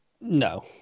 No